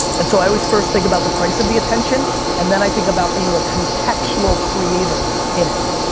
and so i always first think about the price of the attention and then i think about being a contextual creator in it.